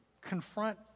confront